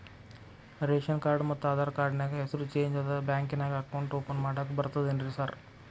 Ration card ಮತ್ತ Aadhaar card ನ್ಯಾಗ ಹೆಸರು ಚೇಂಜ್ ಅದಾ ಬ್ಯಾಂಕಿನ್ಯಾಗ ಅಕೌಂಟ್ ಓಪನ್ ಮಾಡಾಕ ಬರ್ತಾದೇನ್ರಿ ಸಾರ್?